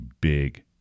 big